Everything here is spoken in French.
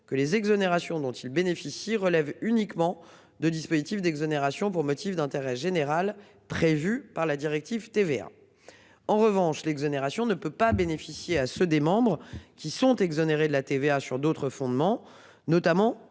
que les exonérations dont ils bénéficient relève uniquement de dispositifs d'exonération pour motif d'intérêt général prévues par la directive TVA. En revanche, l'exonération ne peut pas bénéficier à ceux des membres qui sont exonérés de la TVA sur d'autres fondements notamment,